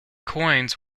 coins